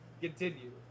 continue